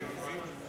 אדוני.